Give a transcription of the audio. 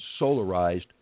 solarized